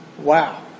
Wow